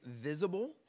visible